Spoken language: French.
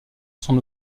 son